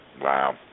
Wow